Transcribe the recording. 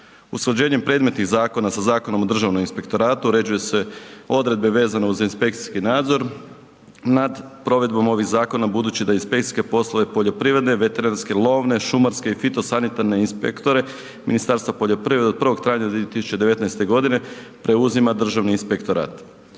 Usklađenjem predmetnih zakona sa Zakonom o Državnom inspektoratu uređuje se odredbe vezano uz inspekcijski nadzor nad provedbom ovih zakona budući da inspekcijske poslove poljoprivrede, veterinarske, lovne, šumarske i fitosanitarne inspektore Ministarstva poljoprivrede od 1. travnja 2019. godine preuzima Državni inspektorat.